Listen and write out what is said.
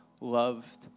loved